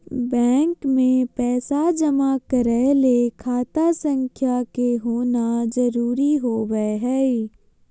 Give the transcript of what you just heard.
bank मे पैसा जमा करय ले खाता संख्या के होना जरुरी होबय हई